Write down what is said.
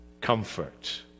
comfort